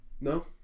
no